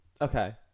okay